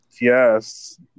Yes